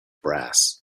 brass